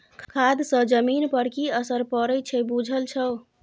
खाद सँ जमीन पर की असरि पड़य छै बुझल छौ